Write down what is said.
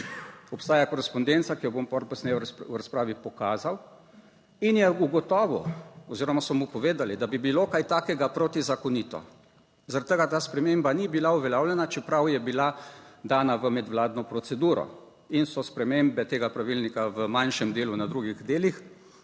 Obstaja korespondenca, ki jo bom v razpravi pokazal in je ugotovil oziroma so mu povedali, da bi bilo kaj takega protizakonito, zaradi tega ta sprememba ni bila uveljavljena, čeprav je bila dana v medvladno proceduro in so spremembe tega pravilnika v manjšem delu na drugih delih.